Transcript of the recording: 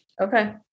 Okay